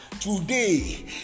today